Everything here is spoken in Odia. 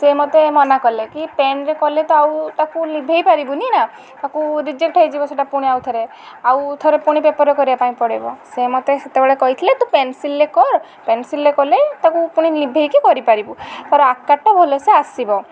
ସେ ମୋତେ ମନା କଲେ କି ପେନ୍ରେ କଲେ ତ ଆଉ ତାକୁ ଲିଭାଇ ପାରିବୁନି ନା ତାକୁ ରିଜେକ୍ଟ ହେଇଯିବ ତାକୁ ପୁଣି ଆଉଥରେ କଲେ ଆଉଥରେ ପୁଣି ପେପର୍ରେ କରିବା ପାଇଁ ପଡ଼ିବ ସେ ମୋତେ ସେତେବେଳେ କହିଥିଲେ ତୁ ପେନସିଲ୍ରେ କର ପେନସିଲ୍ରେ କଲେ ତାକୁ ପୁଣି ଲିଭାଇକି କରିପାରିବୁ ତା'ର ଆକାରଟା ଭଲ ସେ ଆସିବ